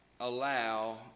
allow